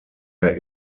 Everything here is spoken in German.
der